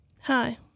Hi